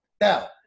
now